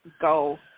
go